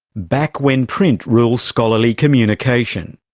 back when print ruled scholarly communication.